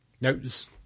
Notes